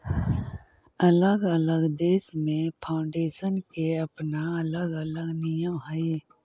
अलग अलग देश में फाउंडेशन के अपना अलग अलग नियम हई